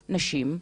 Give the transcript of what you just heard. נשים,